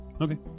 Okay